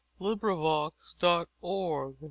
LibriVox.org